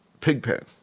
Pigpen